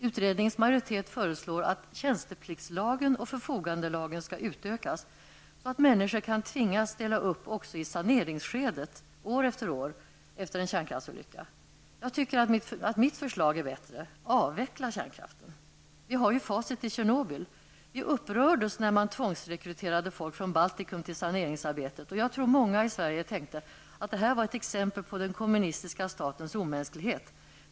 Utredningens majoritet föreslår att tjänstepliktslagen och förfogandelagen skall utökas, så att människor kan tvingas ställa upp också i saneringsskedet år efter år efter en kärnkraftsolycka. Jag tycker att mitt förslag är bättre: Avveckla kärnkraften! Vi har ju facit i Tjernobyl. Vi upprördes när man tvångsrekryterade folk från Baltikum till saneringsarbetet, och jag tror att många tänkte att detta var ett exempel på den kommunistiska statens omänsklighet.